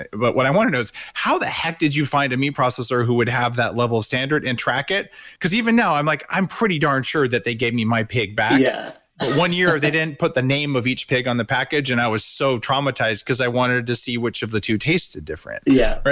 but what i want to know is how the heck did you find a meat processor who would have that level of standard and track it because even now, i'm like i'm pretty darn sure that they gave me my pig back, but yeah one year they didn't put the name of each pig on the package and i was so traumatized because i wanted to see which of the two tasted different yeah,